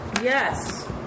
Yes